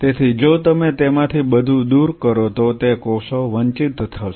તેથી જો તમે તેમાંથી બધું દૂર કરો તો તે કોષો વંચિત થશે